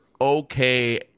Okay